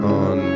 on